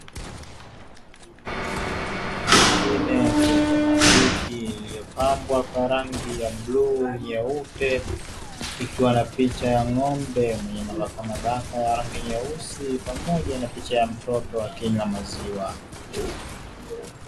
Mashine ya kiautomatiki iliyopambwa kwa rangi ya bluu na nyeupe, ikiwa na picha ya ng'ombe mwenye mabakamabaka ya rangi nyeusi pamoja na picha ya mtoto akinywa maziwa.